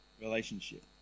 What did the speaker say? relationship